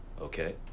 Okay